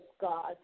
God